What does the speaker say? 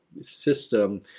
system